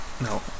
No